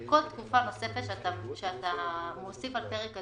כל תקופה נוספת שאתה מוסיף על פרק הזמן,